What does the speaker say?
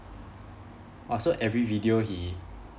orh so every video he